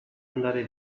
andare